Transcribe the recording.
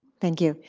thank you.